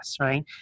right